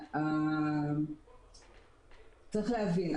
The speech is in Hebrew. צריך להבין,